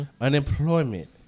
Unemployment